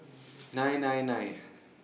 nine nine nine